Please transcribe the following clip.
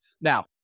Now